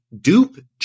dupe